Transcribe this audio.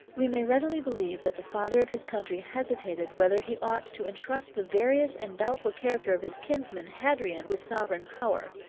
we may readily believe, that the father of his country hesitated whether he ought to intrust the various and doubtful character of his kinsman hadrian with sovereign power.